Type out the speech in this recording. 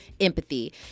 empathy